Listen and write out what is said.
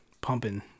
pumping